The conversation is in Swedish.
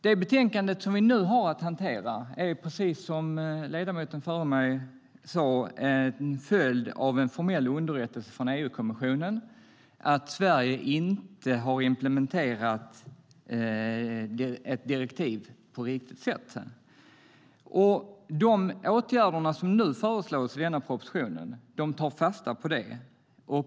Det betänkande som vi nu har att hantera är, precis som ledamoten före mig sa, en följd av en formell underrättelse från EU-kommissionen gällande att Sverige inte har implementerat ett direktiv på riktigt sätt. De åtgärder som nu föreslås i propositionen tar fasta på detta.